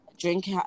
Drink